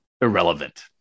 Irrelevant